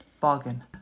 Bargain